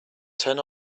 turn